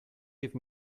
give